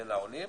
זה לעולים.